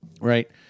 right